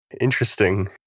Interesting